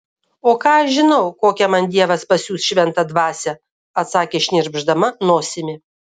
o ką aš žinau kokią man dievas pasiųs šventą dvasią atsakė šnirpšdama nosimi